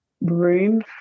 room